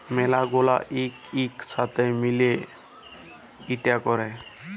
ম্যালা গুলা লক ইক সাথে মিলে ইটা ক্যরে